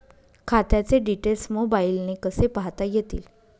खात्याचे डिटेल्स मोबाईलने कसे पाहता येतील?